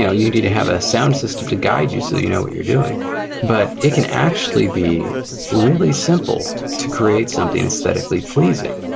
you need to have a sound system to guide you so that you know what you're doing but it can actually be really simple to create something aesthetically pleasing.